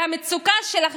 הרי מי שהגה את